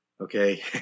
okay